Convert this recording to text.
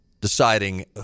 deciding